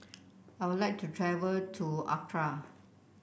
I would like to travel to Accra